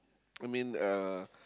I mean uh